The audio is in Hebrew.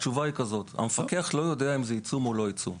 התשובה היא זאת: המפקח לא יודע אם זה עיצום או לא עיצום.